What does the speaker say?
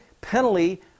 penalty